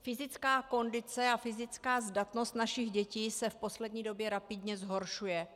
Fyzická kondice a fyzická zdatnost našich dětí se v poslední době rapidně zhoršuje.